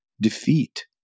defeat